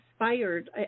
inspired